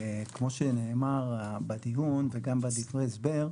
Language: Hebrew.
כמו שנאמר בדיון וגם בדברי ההסבר,